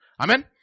Amen